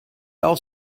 auch